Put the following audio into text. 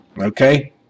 Okay